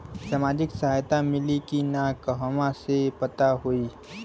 सामाजिक सहायता मिली कि ना कहवा से पता होयी?